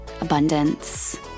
abundance